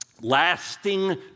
lasting